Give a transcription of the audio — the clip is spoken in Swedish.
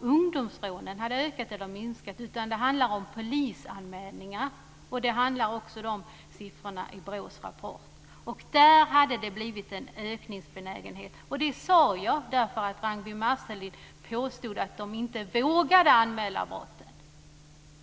Jag talade inte om ifall ungdomsrånen har ökat eller minskat, utan det handlade om polisanmälningar. Det handlar också siffrorna om i BRÅ:s rapport, och den visade på en ökningsbenägenhet. Detta sade jag därför att Ragnwi Marcelind påstod att ungdomar inte vågar anmäla brotten.